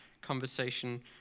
conversation